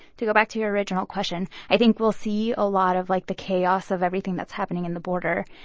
to go back to your original question, i think we'll see a lot of, like, the chaos of everything that's happening in the border,